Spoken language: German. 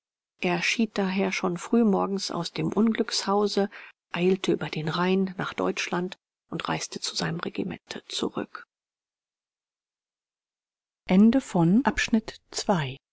er schied daher schon früh morgens aus dem unglückshause eilte über den rhein nach deutschland und reiste zu seinem regimente zurück